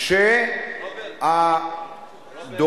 סוכם שהרשויות המקומיות יוציאו מכתב התחייבות